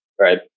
Right